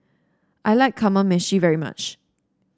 I like Kamameshi very much